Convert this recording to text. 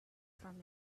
from